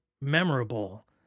memorable